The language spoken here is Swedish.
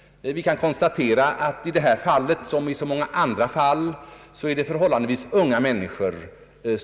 Vi kan konstatera att det här liksom i många andra fall gäller förhållandevis unga människor.